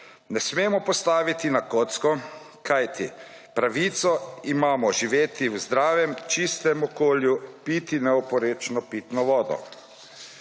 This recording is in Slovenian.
ne smemo postaviti na kocko, kajti pravico imamo živeti v zdravem, čistem okolju, piti neoporečno pitno vodo.